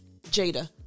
Jada